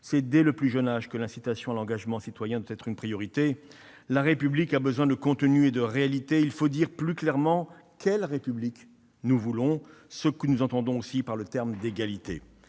C'est dès le plus jeune âge que l'incitation à l'engagement citoyen doit être une priorité. La République a besoin de contenu et de réalité. Il faut dire plus clairement quelle République nous voulons et ce que nous entendons par le terme « égalité